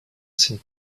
sind